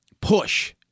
push